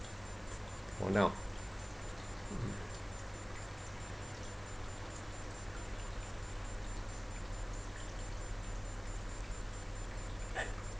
for now mm